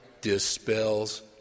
dispels